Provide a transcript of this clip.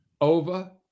over